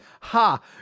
ha